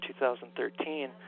2013